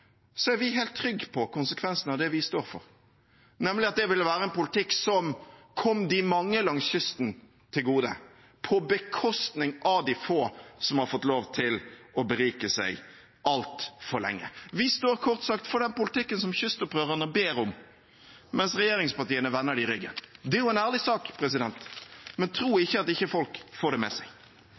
er vi helt trygge på konsekvensene av det vi står for, nemlig at det ville være en politikk som kom de mange langs kysten til gode, på bekostning av de få som har fått lov til å berike seg altfor lenge. Vi står kort sagt for den politikken som kystopprørerne ber om, mens regjeringspartiene vender dem ryggen. Det er en ærlig sak, men tro ikke at folk ikke får det med seg.